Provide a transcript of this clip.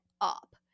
up